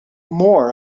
more